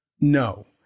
no